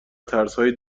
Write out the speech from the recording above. ترسهای